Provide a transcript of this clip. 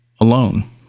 alone